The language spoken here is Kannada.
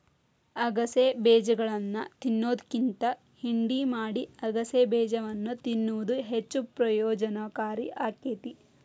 ಅಗಸೆ ಬೇಜಗಳನ್ನಾ ತಿನ್ನೋದ್ಕಿಂತ ಹಿಂಡಿ ಮಾಡಿ ಅಗಸೆಬೇಜವನ್ನು ತಿನ್ನುವುದು ಹೆಚ್ಚು ಪ್ರಯೋಜನಕಾರಿ ಆಕ್ಕೆತಿ